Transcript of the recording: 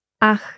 ach